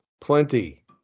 plenty